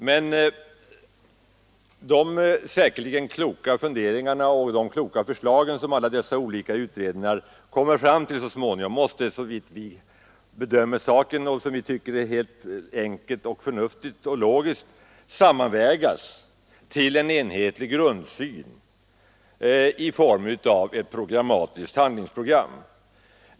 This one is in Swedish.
Men dessa utredningars säkerligen kloka funderingar och kloka förslag måste på ett enkelt, förnuftigt och logiskt sätt sammanvägas till en enhetlig grundsyn i form av ett handlingsprogram.